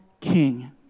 king